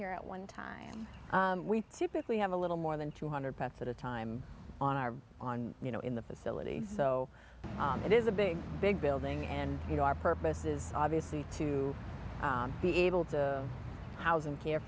here at one time we typically have a little more than two hundred pets at a time on our on you know in the facility so it is a big big building and you know our purpose is obviously to be able to house and care